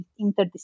interdisciplinary